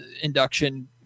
induction